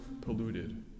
polluted